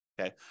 okay